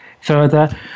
further